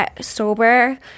sober